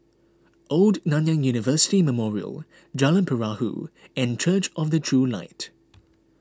Old Nanyang University Memorial Jalan Perahu and Church of the True Light